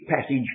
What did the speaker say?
passage